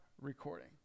recording